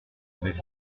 avec